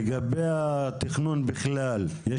לגבי התכנון בכלל,